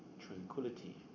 tranquility